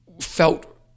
felt